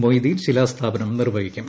മൊയ്തീൻ ശിലാസ്ഥാപനം നിർവ്വഹിക്കും